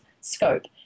scope